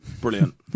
Brilliant